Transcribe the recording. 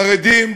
כולל חרדים,